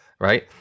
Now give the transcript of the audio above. right